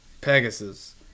Pegasus